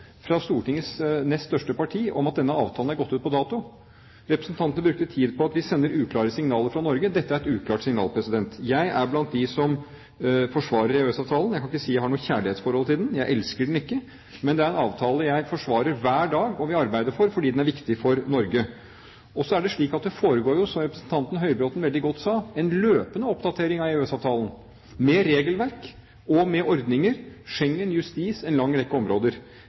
fra Stortingets nest største parti om at denne avtalen er gått ut på dato. Representanten brukte tid på at vi sender uklare signaler fra Norge. Dette er et uklart signal. Jeg er blant dem som forsvarer EØS-avtalen. Jeg kan ikke si at jeg har noe kjærlighetsforhold til den, jeg elsker den ikke, men det er en avtale jeg forsvarer hver dag, og som vi arbeider for fordi den er viktig for Norge. Og så er det slik, som representanten Høybråten veldig godt sa, at det foregår en løpende oppdatering av EØS-avtalen med regelverk og med ordninger – Schengen, justis, en lang rekke områder.